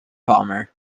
palmer